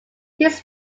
his